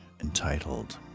entitled